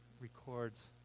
records